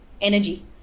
energy